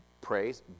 praise